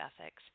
ethics